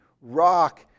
rock